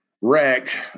wrecked